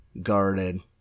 guarded